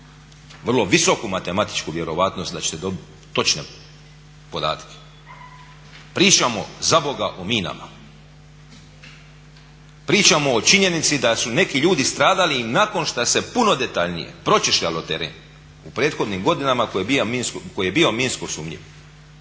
vrlo visoku matematičku vjerojatnost da ćete dobiti točne podatke. Pričamo zaboga o minama. Pričamo o činjenici da su neki ljudi stradali i nakon što se puno detaljnije pročešljalo teren u prethodnim godinama koji je bio minsko sumnjiv.